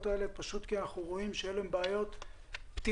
האלה פשוט כי אנחנו רואים שאלה בעיות פתירות,